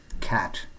cat